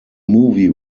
movie